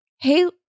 hey